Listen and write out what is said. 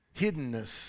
hiddenness